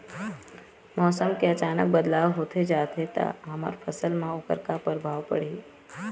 मौसम के अचानक बदलाव होथे जाथे ता हमर फसल मा ओकर परभाव का पढ़ी?